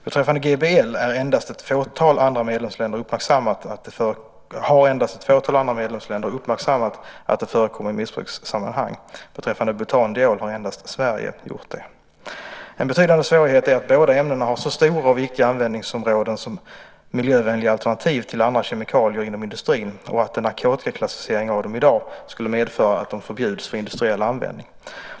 Beträffande GBL har endast ett fåtal andra medlemsländer uppmärksammat att det förekommer i missbrukssammanhang. Beträffande butandiol har endast Sverige gjort det. En betydande svårighet är att båda ämnena har så stora och viktiga användningsområden som miljövänliga alternativ till andra kemikalier inom industrin och att en narkotikaklassificering av dem i dag skulle medföra att de förbjuds för industriell användning.